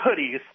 hoodies